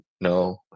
no